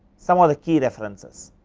some of the key references.